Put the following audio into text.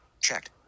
Checked